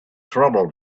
trouble